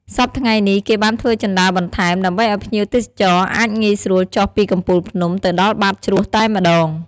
សព្វថ្ងៃនេះគេបានធ្វើជណ្ដើរបន្ថែម ដើម្បីអោយភ្ញៀវទេសចរអាចងាយស្រួលចុះពីកំពូលភ្នំទៅដល់បាតជ្រោះតែម្ដង។